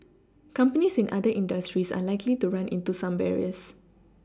companies in other industries are likely to run into the same barriers